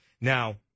Now